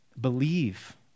Believe